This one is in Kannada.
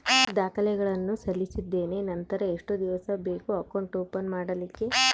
ದಾಖಲೆಗಳನ್ನು ಸಲ್ಲಿಸಿದ್ದೇನೆ ನಂತರ ಎಷ್ಟು ದಿವಸ ಬೇಕು ಅಕೌಂಟ್ ಓಪನ್ ಆಗಲಿಕ್ಕೆ?